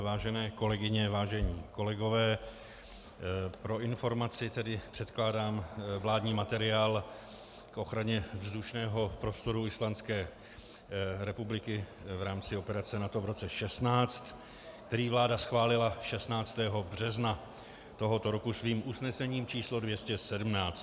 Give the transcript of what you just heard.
Vážené kolegyně, vážení kolegové, pro informaci předkládám vládní materiál k ochraně vzdušného prostoru Islandské republiky v rámci operace NATO v roce 2016, který vláda schválila 16. března tohoto roku svým usnesením č. 217.